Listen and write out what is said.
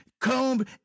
comb